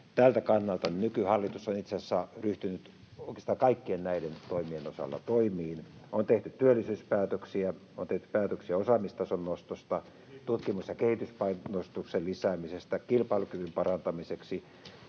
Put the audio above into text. tältä kannalta, niin nykyhallitus on itse asiassa ryhtynyt oikeastaan kaikkien näiden toimien osalta toimiin. On tehty työllisyyspäätöksiä, on tehty päätöksiä osaamistason nostosta, tutkimus- ja kehityspainotuksen lisäämisestä kilpailukyvyn parantamiseksi,